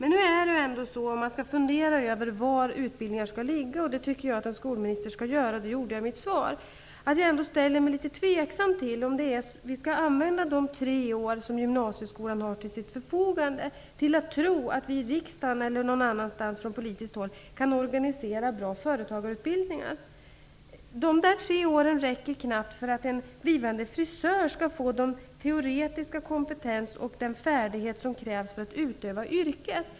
När jag funderar över var utbildningar skall ligga, vilket en skolminister skall göra -- och det gör jag i mitt svar -- ställer jag mig något tvivlande till om de tre år som gymnasieskolan har till sitt förfogande skall användas till bra företagarutbildningar som vi i riksdagen, eller från något annat politiskt håll, skall organisera. De tre åren i gymnasieskolan räcker knappt till för att en blivande frisör skall få den teoretiska kompetens och färdighet som behövs för att utöva yrket.